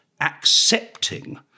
accepting